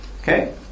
Okay